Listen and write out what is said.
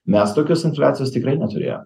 mes tokios infliacijos tikrai neturėjom